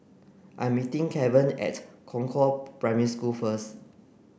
I am meeting Keven at Concord Primary School first